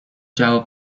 جواب